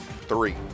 Three